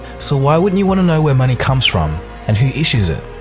so why wouldn't you want to know where money comes from and who issues it?